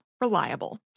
Reliable